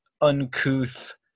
uncouth